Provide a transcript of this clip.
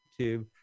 YouTube